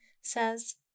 says